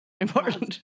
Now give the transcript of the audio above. important